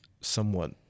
somewhat